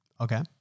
Okay